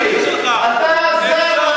הסעה.